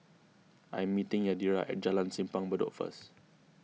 I am meeting Yadira at Jalan Simpang Bedok first